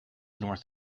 north